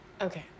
okay